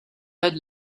had